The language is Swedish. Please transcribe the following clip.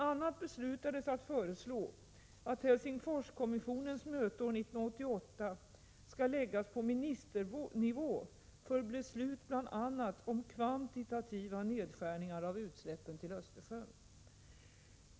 a. beslutades att föreslå att Helsingforskommissionens möte år 1988 skall läggas på ministernivå för beslut bl.a. om kvantitativa nedskärningar av utsläppen till Östersjön.